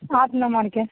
आठ नम्बरके